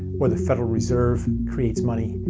or the federal reserve creates money,